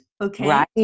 okay